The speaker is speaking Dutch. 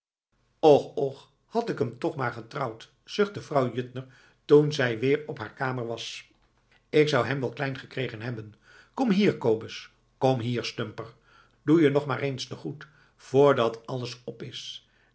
och och had ik hem toch maar getrouwd zuchtte vrouw juttner toen zij weer op haar kamer was ik zou hem wel kleingekregen hebben kom hier kobus kom hier stumper doe je nog maar eens te goed voordat alles op is